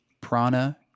prana